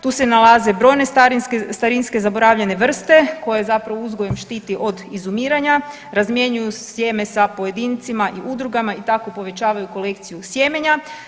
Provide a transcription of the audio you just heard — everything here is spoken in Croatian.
Tu se nalaze brojne starinske zaboravljene vrste koje zapravo uzgojem štiti od izumiranja, razmjenjuju sjeme sa pojedincima i udrugama i tako povećavaju kolekciju sjemenja.